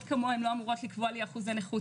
כמוהם לא אמורות לקבוע לי אחוזי נכות,